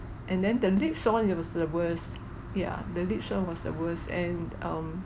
and then the lips one it was the worst yeah the lips one was the worst and um